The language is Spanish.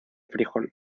frijol